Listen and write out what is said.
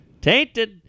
Tainted